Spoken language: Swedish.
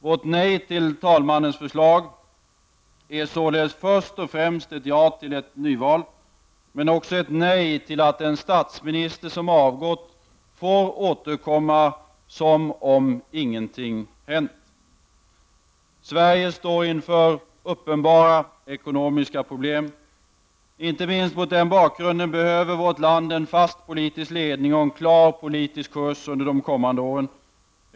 Vårt nej till talmannens förslag är således först och främst ett ja till ett nyval, men också ett nej till att en statsminister som avgått får återkomma som om ingenting hänt. Sverige står inför uppenbara ekonomiska problem. Inte minst mot den bakgrunden behöver vårt land en fast politisk ledning och en klar politisk kurs under de kommande åren.